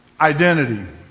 identity